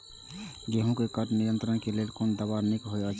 गेहूँ क खर नियंत्रण क लेल कोन दवा निक होयत अछि?